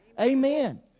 Amen